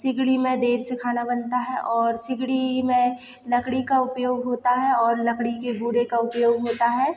सिगड़ी में देर से खाना बनता है और सिगड़ी में लकड़ी का उपयोग होता है और लकड़ी के गुदे का उपयोग होता है